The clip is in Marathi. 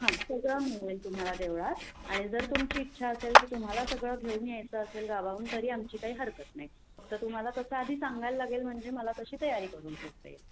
हां सगळं मिळेल तुम्हाला देवळात आणि जर तुमची इच्छा असेल की तुम्हाला सगळं घेऊन यायचं असेल गावाहून तरी आमची काही हरकत नाही फक्त तुम्हाला कसं आधी सांगायला लागेल म्हणजे मला तशी तयारी करून ठेवता येईल